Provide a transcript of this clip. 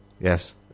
Yes